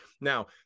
now